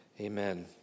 Amen